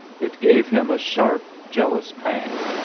it gave him a sharp, jealous pang.